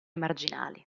marginali